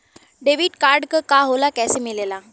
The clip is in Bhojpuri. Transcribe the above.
डेबिट कार्ड का होला कैसे मिलेला?